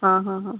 ಹಾಂ ಹಾಂ ಹಾಂ